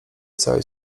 całej